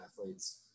athletes